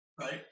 Right